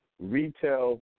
retail